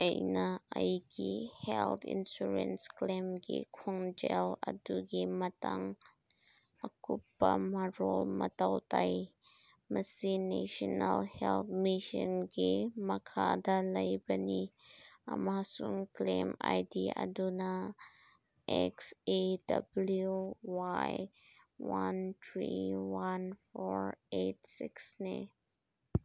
ꯑꯩꯅ ꯑꯩꯒꯤ health insurance ꯀ꯭ꯂꯦꯝꯒꯤ ꯈꯣꯡꯖꯦꯜ ꯑꯗꯨꯒꯤ ꯃꯇꯥꯡ ꯑꯀꯨꯞꯄ ꯃꯔꯣꯜ ꯃꯊꯧ ꯇꯥꯏ ꯃꯁꯤ ꯅꯦꯁꯅꯦꯜ ꯍꯦꯜ ꯃꯤꯁꯟꯒꯤ ꯃꯈꯥꯗ ꯂꯩꯕꯅꯤ ꯑꯃꯁꯨꯡ ꯀ꯭ꯂꯦꯝ ꯑꯥꯏ ꯗꯤ ꯑꯗꯨꯅ X A W Y one three one four eight ꯁꯤꯛꯁꯅꯤ